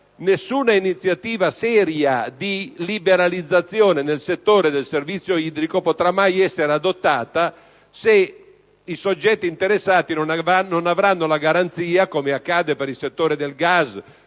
nessuna iniziativa seria di liberalizzazione nel settore del servizio idrico potrà mai essere adottata se i soggetti interessati non avranno la garanzia, come accade per il settore del gas